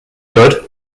good